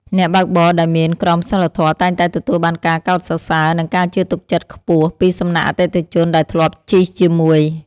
អ្នកបើកបរដែលមានក្រមសីលធម៌តែងតែទទួលបានការសរសើរនិងការជឿទុកចិត្តខ្ពស់ពីសំណាក់អតិថិជនដែលធ្លាប់ជិះជាមួយ។